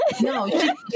No